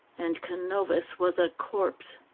and canovas was a corpse.